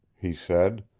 he said.